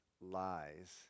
lies